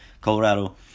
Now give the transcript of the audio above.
Colorado